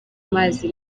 mazi